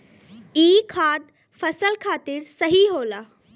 ई खाद फसल खातिर सही होला